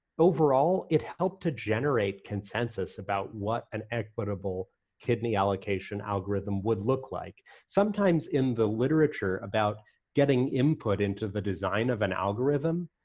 overall it helped to generate consensus about what an equitable kidney allocation algorithm would look like. sometimes in the literature about getting input into the design of an algorithm,